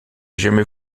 jamais